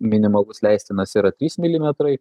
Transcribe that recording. minimalus leistinas yra trys milimetrai